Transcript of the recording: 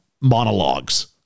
monologues